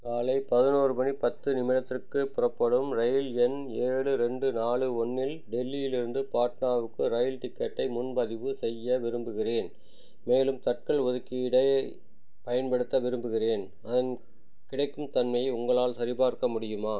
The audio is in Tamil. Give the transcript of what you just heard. காலை பதினோறு மணி பத்து நிமிடத்திற்கு புறப்படும் ரயில் எண் ஏழு ரெண்டு நாலு ஒன்றில் டெல்லியிலிருந்து பாட்னாவுக்கு ரயில் டிக்கெட்டை முன்பதிவு செய்ய விரும்புகிறேன் மேலும் தட்கல் ஒதுக்கீடை பயன்படுத்த விரும்புகிறேன் அதன் கிடைக்கும் தன்மையை உங்களால் சரிபார்க்க முடியுமா